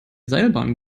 seilbahn